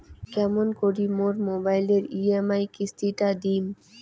কেমন করি মোর মোবাইলের ই.এম.আই কিস্তি টা দিম?